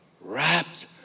wrapped